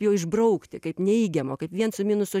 jo išbraukti kaip neigiamo kaip vien su minuso